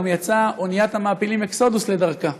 גם יצאה אוניית המעפילים אקסודוס לדרכה.